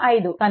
5 6